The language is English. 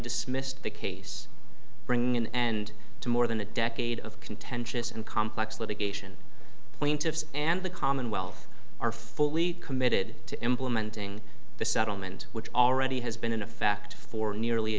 dismissed the case bringing an end to more than a decade of contentious and complex litigation plaintiffs and the commonwealth are fully committed to implementing the settlement which already has been in effect for nearly a